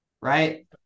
right